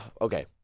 Okay